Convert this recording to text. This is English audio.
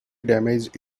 damage